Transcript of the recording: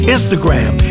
Instagram